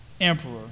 emperor